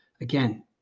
again